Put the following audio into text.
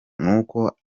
nuko